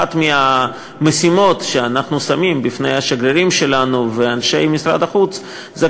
אחת המשימות שאנחנו שמים בפני השגרירים שלנו ואנשי משרד החוץ היא,